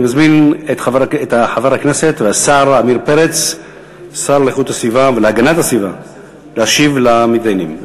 אני מזמין את חבר הכנסת והשר להגנת הסביבה עמיר פרץ להשיב למידיינים.